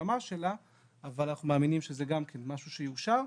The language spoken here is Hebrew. אבל אנחנו מאמינים שזה גם כן משהו שיאושר,